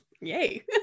yay